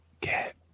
Get